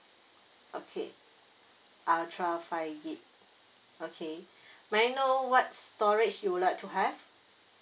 okay ultra five G_B okay may I know what's storage you would like to have